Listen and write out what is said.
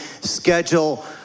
schedule